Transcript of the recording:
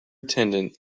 attendant